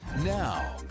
Now